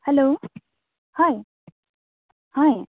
hello হয় হয়